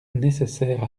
nécessaire